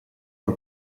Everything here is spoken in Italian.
per